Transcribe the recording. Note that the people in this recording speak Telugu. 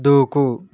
దూకు